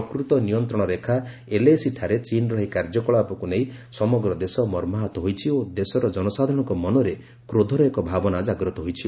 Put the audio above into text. ପ୍ରକୃତ ନିୟନ୍ତ୍ରଣ ରେଖା ଏଲ୍ଏସି ଠାରେ ଚୀନ୍ର ଏହି କାର୍ଯ୍ୟ କଳାପକ୍ ନେଇ ସମଗ୍ର ଦେଶ ମର୍ମାହତ ହୋଇଛି ଓ ଦେଶର ଜନସାଧାରଣଙ୍କ ମନରେ କ୍ରୋଧର ଏକ ଭାବନା ଜାଗ୍ରତ ହୋଇଛି